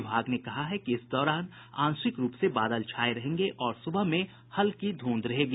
विभाग ने कहा है कि इस दौरान आंशिक रूप से बादल छाये रहेंगे और सुबह में हल्की धुंध रहेगी